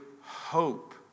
hope